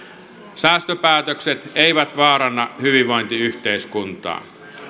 säästöpäätökset eivät vaaranna hyvinvointiyhteiskuntaa